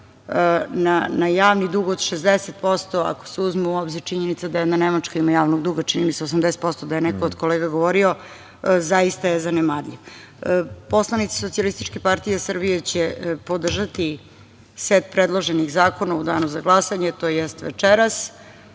na javni dug od 60%, ako se uzme u obzir činjenica da jedna Nemačka ima javnog duga, čini mi se, 80%, da je neko od kolega govorio, zaista je zanemarljiv. Poslanici SPS će podržati set predloženih zakona u danu za glasanje tj. večeras